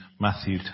Matthew